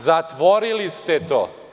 Zatvorili ste to.